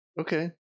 Okay